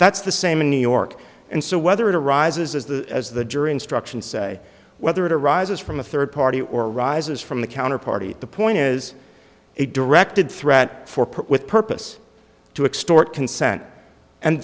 that's the same in new york and so whether it arises as the as the jury instructions say whether it arises from a third party or arises from the counter party the point is a directed threat for perp with purpose to extort consent and